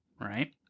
right